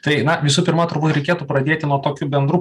tai na visų pirma turbūt reikėtų pradėti nuo tokių bendrų